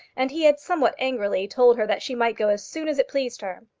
and he had somewhat angrily told her that she might go as soon as it pleased her.